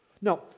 Now